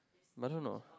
but don't know